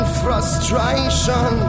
frustration